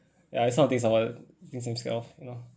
ya this kind of things are wh~ things I'm scared of ya